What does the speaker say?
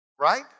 Right